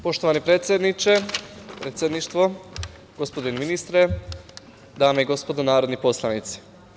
Poštovani predsedniče, predsedništvo, gospodine ministre, dame i gospodo narodni poslanici.